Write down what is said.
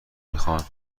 میخان